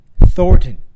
Thornton